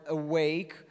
awake